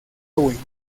owens